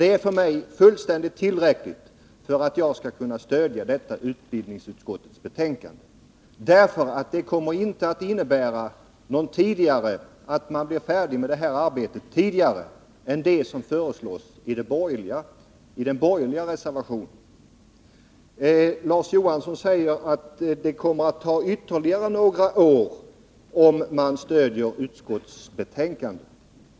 Det är fullständigt tillräckligt för att jag skall kunna stödja utbildningsutskottets hemställan. Det kommer inte heller att innebära att man blir färdig med det här arbetet vid någon annan tidpunkt än den som föreslås i den borgerliga reservationen. Larz Johansson säger att det kommer att ta ytterligare några år om man stödjer utskottets hemställan.